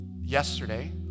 yesterday